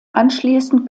anschließend